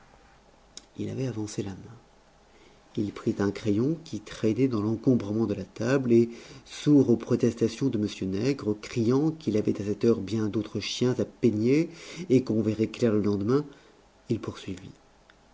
il avait avancé la main il prit un crayon qui traînait dans l'encombrement de la table et sourd aux protestations de m nègre criant qu'il avait à cette heure bien d'autres chiens à peigner et qu'on verrait clair le lendemain il poursuivit